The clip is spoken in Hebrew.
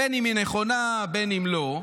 בין שהיא נכונה ובין שלא?